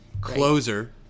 closer